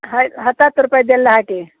ಹ ಹತ್ತು ಹತ್ತು ರೂಪಾಯ್ದು ಎಲ್ಲ ಹಾಕಿ